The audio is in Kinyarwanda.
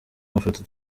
amafoto